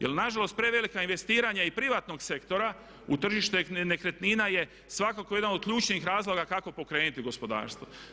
Jel nažalost prevelika investiranja i privatnog sektora u tržište nekretnina je svakako jedan od ključnih razloga kako pokrenuti gospodarstvo.